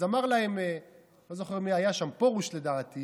אז אמר להם, לא זוכר מי היה שם, פרוש, לדעתי: